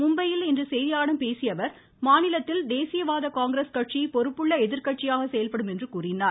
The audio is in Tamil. மும்பையில் இன்று செய்தியாளர்களிடம் பேசியஅவர் மாநிலத்தில் தேசியவாத காங்கிரஸ் கட்சி பொறுப்புள்ள எதிர்கட்சியாக செயல்படும் என்றார்